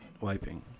wiping